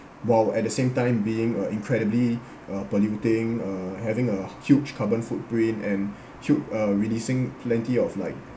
while at the same time being uh incredibly uh polluting uh having a huge carbon footprint and huge uh releasing plenty of like